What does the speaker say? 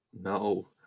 no